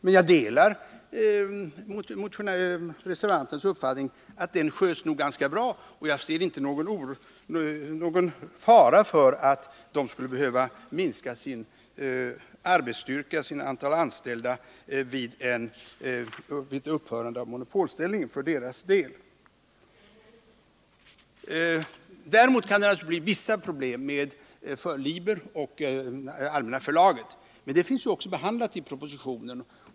Men jag delar reservanternas uppfattning, att den verksamheten nog sköts ganska bra, och jag ser inte någon fara för att SJ:s resebyrå skulle behöva minska sin arbetsstyrka vid ett upphörande av monopolställningen för dess del. Däremot kan det naturligtvis uppstå vissa problem med Liber och Allmänna Förlaget, men detta är behandlat i propositionen.